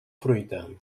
fruita